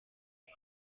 its